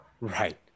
Right